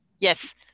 yes